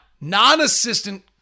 non-assistant